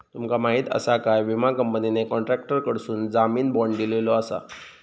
तुमका माहीत आसा काय, विमा कंपनीने कॉन्ट्रॅक्टरकडसून जामीन बाँड दिलेलो आसा